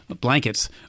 blankets